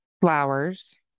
flowers